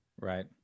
Right